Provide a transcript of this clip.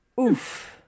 Oof